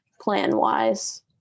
plan-wise